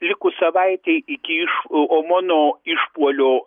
likus savaitei iki iš omono išpuolio